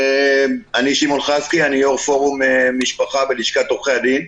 אני יו"ר פורום משפחה בלשכת עורכי הדין.